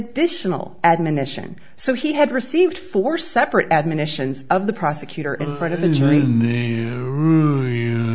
additional admonition so he had received four separate admonitions of the prosecutor in front of the